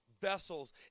vessels